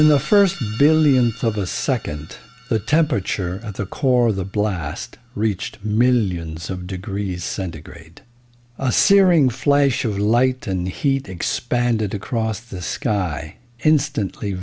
in the first billionth of a second the temperature at the core of the blast reached millions of degrees centigrade a searing flash of light and heat expanded across the sky instantly